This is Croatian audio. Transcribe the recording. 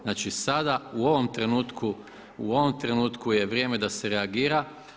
Znači sada u ovom trenutku, u ovom trenutku je vrijeme da se reagira.